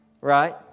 right